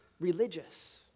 religious